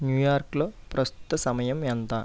న్యూయార్క్లో ప్రస్తుత సమయం ఎంత